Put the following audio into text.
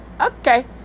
okay